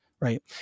Right